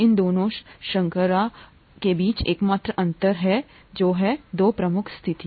इन दोनों शर्करा के बीच एकमात्र अंतर है दो प्रमुख स्थिति